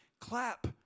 clap